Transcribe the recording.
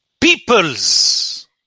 people's